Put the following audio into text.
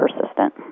persistent